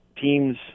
teams